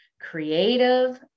creative